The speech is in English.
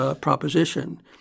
proposition